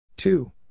Two